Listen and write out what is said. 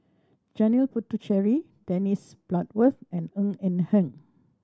Janil Puthucheary Dennis Bloodworth and Ng Eng Hen